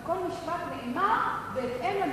כל משפט נאמר בהתאם לנסיבות.